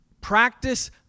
Practice